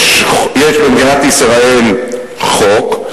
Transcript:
יש במדינת ישראל חוק.